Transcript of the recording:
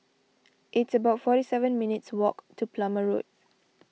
it's about forty seven minutes' walk to Plumer Road